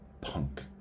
punk